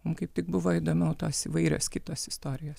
mum kaip tik buvo įdomiau tos įvairios kitos istorijos